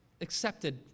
accepted